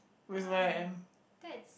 right that's